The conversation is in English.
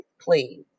please